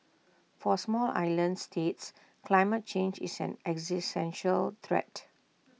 for small islands states climate change is an existential threat